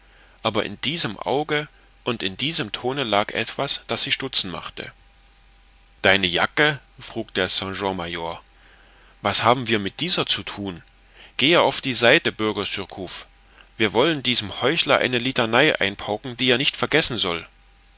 aber in diesem auge und in diesem tone lag etwas was sie stutzen machte deine jacke frug der sergent major was haben wir mit dieser zu thun gehe auf die seite bürger surcouf wir wollen diesem heuchler eine litanei einpauken die er nicht vergessen soll